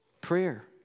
Prayer